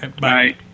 Bye